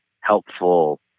helpful